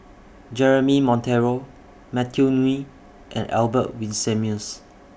Jeremy Monteiro Matthew Ngui and Albert Winsemius